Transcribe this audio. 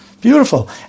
Beautiful